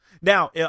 Now